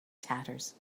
tatters